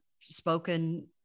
spoken